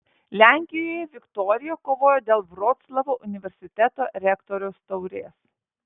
lenkijoje viktorija kovojo dėl vroclavo universiteto rektoriaus taurės